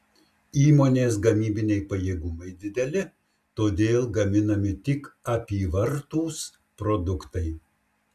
įmonės gamybiniai pajėgumai dideli todėl gaminami tik apyvartūs produktai